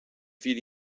vill